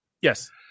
Yes